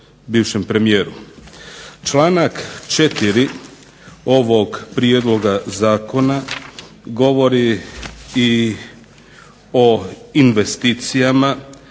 bivšem premijeru.